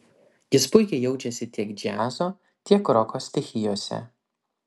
jis puikiai jaučiasi tiek džiazo tiek roko stichijose